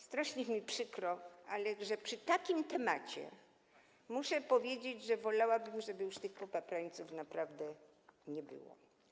Strasznie mi przykro, że przy takim temacie muszę powiedzieć, że wolałabym, żeby już tych popaprańców naprawdę nie było.